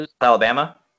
Alabama